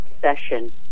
session